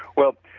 well,